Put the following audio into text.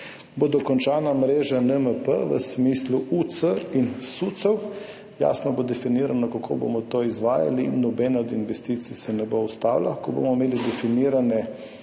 bo dokončana mreža NMP v smislu UC in SUC. Jasno bo definirano, kako bomo to izvajali, in nobena od investicij se ne bo ustavila. Ko bomo imeli definirane